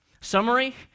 Summary